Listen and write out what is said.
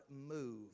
move